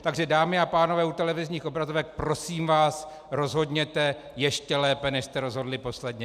Takže dámy a pánové u televizních obrazovek, prosím vás, rozhodněte ještě lépe, než jste rozhodli posledně.